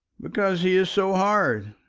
because he is so hard.